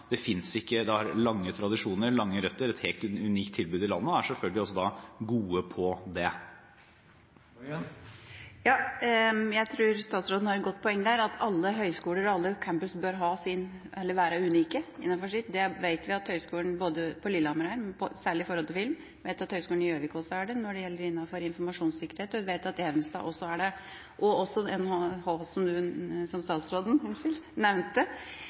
og er selvfølgelig gode på det. Jeg tror statsråden har et godt poeng der – alle høgskoler og alle campuser bør være unike innenfor sitt. Det vet vi at Høgskolen i Lillehammer er, særlig når det gjelder film, vi vet at Høgskolen i Gjøvik er det innenfor informasjonssikkerhet, vi vet at Evenstad er det – og også NHH, som statsråden nevnte. Så jeg håper at statsråden